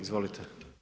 Izvolite.